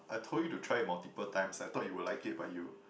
I told you to try it multiple times I thought you will like it but you